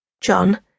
John